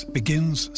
begins